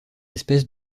espèces